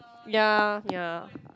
ya ya